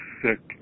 sick